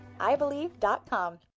iBelieve.com